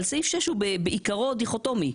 אבל סעיף 6 הוא בעיקרו דיכוטומי,